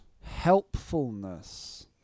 Helpfulness